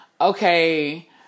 okay